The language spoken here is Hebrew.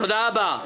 תודה רבה.